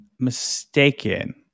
mistaken